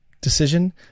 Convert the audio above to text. decision